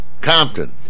Compton